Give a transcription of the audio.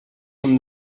from